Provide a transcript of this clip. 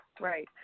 Right